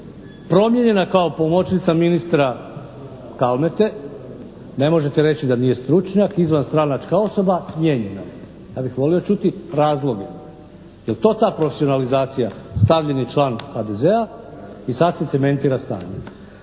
promijenjena kao pomoćnica ministra Kalmete, ne možete reći da nije stručnjak, izvanstranačka osoba, smijenjena je. Ja bih volio čuti razloge. Je li to ta profesionalizacija? Stavljeni član HDZ-a i sad se cementira stanje.